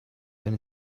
wenn